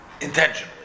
intentionally